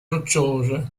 rocciose